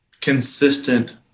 consistent